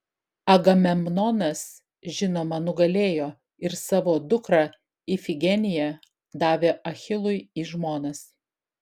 agamemnonas žinoma nugalėjo ir savo dukrą ifigeniją davė achilui į žmonas